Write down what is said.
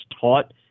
taught